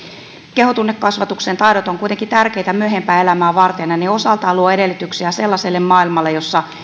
kehotunnekasvatuksen taidot ovat kuitenkin tärkeitä myöhempää elämää varten ja ne osaltaan luovat edellytyksiä sellaiselle maailmalle jossa